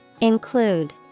Include